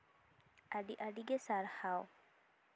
ᱟᱹᱰᱤ ᱟᱹᱰᱤᱜᱮ ᱥᱟᱨᱦᱟᱣ